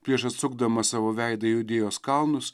prieš atsukdamas savo veidą į judėjos kalnus